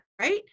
right